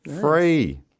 Free